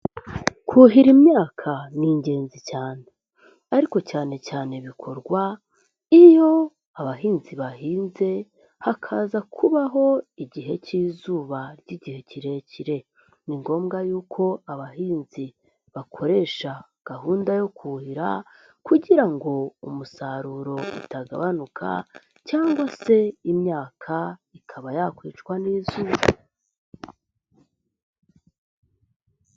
Kuhira imyaka ni ingenzi cyane ariko cyane cyane bikorwa iyo abahinzi bahinze hakaza kubaho igihe k'izuba ry'igihe kirekire. Ni ngombwa yuko abahinzi bakoresha gahunda yo kuhira kugira ngo umusaruro utagabanuka cyangwa se imyaka ikaba yakwicwa n'izuba.